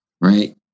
right